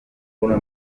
una